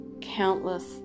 countless